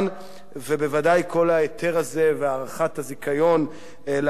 בוודאי, כל ההיתר הזה והארכת הזיכיון לערוץ-10.